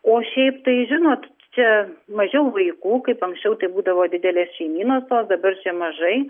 o šiaip tai žinot čia mažiau vaikų kaip anksčiau tai būdavo didelės šeimynos o dabar čia mažai